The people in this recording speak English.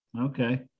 Okay